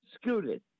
scooted